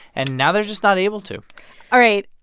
and now they're just not able to all right.